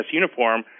uniform